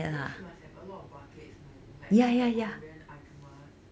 then she must have a lot of buckets know like all the korean ahjummas